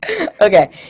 Okay